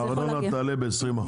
הארנונה תעלה ב-20%.